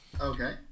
Okay